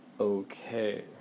Okay